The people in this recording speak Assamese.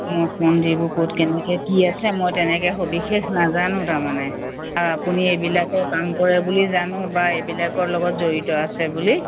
মঠ মন্দিৰবোৰ ক'ত কেনেকৈ কি আছে মই তেনেকৈ সবিশেষ নাজানো তাৰমানে আৰু আপুনি এইবিলাকৰ কাম কৰে বুলি জানো বা এইবিলাকৰ লগত জড়িত আছে বুলি